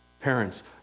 Parents